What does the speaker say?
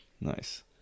Nice